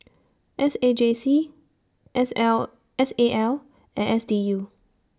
S A J C S L S A L and S D U